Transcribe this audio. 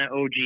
OG